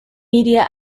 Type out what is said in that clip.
media